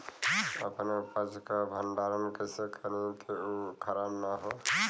अपने उपज क भंडारन कइसे करीं कि उ खराब न हो?